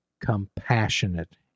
compassionate